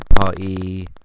party